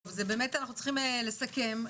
באמת אנחנו צריכים לסכם.